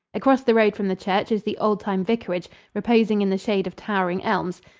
across the road from the church is the old-time vicarage, reposing in the shade of towering elms,